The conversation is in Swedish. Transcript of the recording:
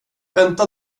vänta